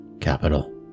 capital